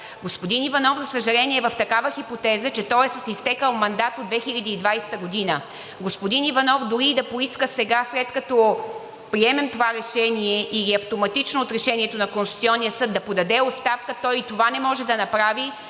Господин Иванов, за съжаление, е в такава хипотеза, че той е с изтекъл мандат от 2020 г. Господин Иванов дори и да поиска сега, след като приемем това решение, автоматично от Решението на Конституционния съд да подаде оставка, и това не може да направи,